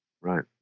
Right